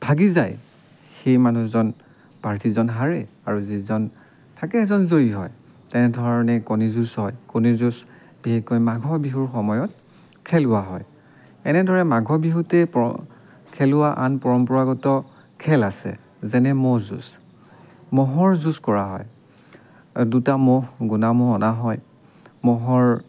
ভাগি যায় সেই মানুহজন প্ৰাৰ্থীজন হাৰে আৰু যিজন থাকে সেইজন জয়ী হয় তেনেধৰণেই কণী যুঁজ হয় কণী যুঁজ বিশেষকৈ মাঘ বিহুৰ সময়ত খেলোৱা হয় এনেদৰে মাঘ বিহুতেই পৰ খেলোৱা আন পৰম্পৰাগত খেল আছে যেনে ম'হ যুঁজ ম'হৰ যুঁজ কৰা হয় দুটা ম'হ গোনা ম'হ অনা হয় ম'হৰ